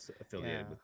affiliated